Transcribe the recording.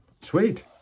Sweet